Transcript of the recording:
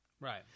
Right